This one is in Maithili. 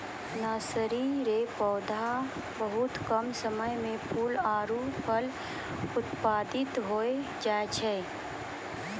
नर्सरी रो पौधा बहुत कम समय मे फूल आरु फल उत्पादित होय जाय छै